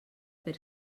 per